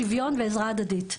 שוויון ועזרה הדדית,